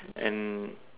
and